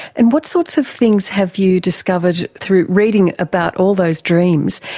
and what sorts of things have you discovered through reading about all those dreams,